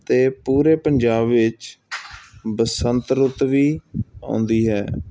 ਅਤੇ ਪੂਰੇ ਪੰਜਾਬ ਵਿੱਚ ਬਸੰਤ ਰੁੱਤ ਵੀ ਆਉਂਦੀ ਹੈ